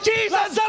Jesus